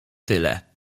tyle